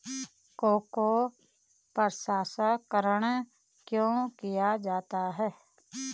Cocoa प्रसंस्करण क्यों किया जाता है?